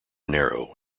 narrow